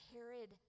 Herod